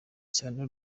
cyane